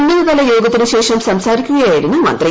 ഉന്നതതല യോഗത്തിനുശേഷം സംസാരിക്കുകയായിരുന്നു മന്ത്രി